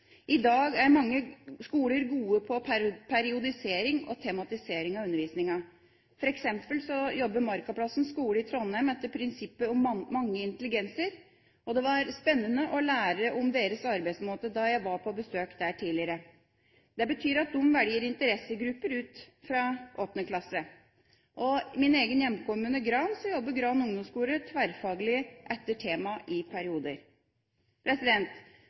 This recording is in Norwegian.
I dag er mange skoler gode på periodisering og tematisering av undervisningen. For eksempel jobber Markaplassen skole i Trondheim etter prinsippet «mange intelligenser». Det var spennende å lære om deres arbeidsmåte da jeg var på besøk der tidligere. Det betyr at de velger interessegrupper fra 8. klasse. I min egen hjemkommune, Gran, jobber Gran ungdomsskole tverrfaglig etter tema i perioder.